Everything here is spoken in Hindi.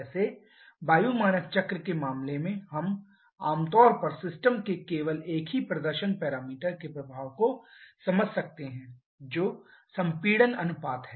जैसे वायु मानक चक्र के मामले में हम आम तौर पर सिस्टम के केवल एक ही प्रदर्शन पैरामीटर के प्रभाव को समझ सकते हैं जो संपीड़न अनुपात है